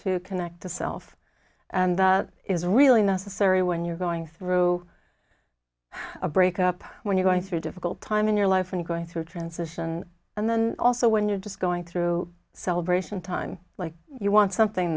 to connect to self and is really necessary when you're going through a breakup when you're going through a difficult time in your life and going through a transition and then also when you're just going through celebration time like you want something